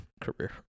career